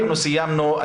אנחנו סיימנו.